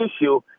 issue